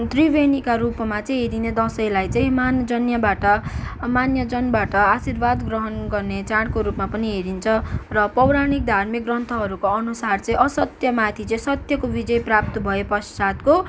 त्रिवेणीका रूपमा चाहिँ यो दसैँलाई चाहिँ मान्यजनबाट मान्यजनबाट आशिर्वाद ग्रहन गर्ने चाडको रूपमा पनि हेरिन्छ र पौराणिक धार्मिक ग्रन्थहरूको अनुसार चाहिँ असत्यमाथि चाहिँ सत्यको विजय प्राप्त भएपश्चातको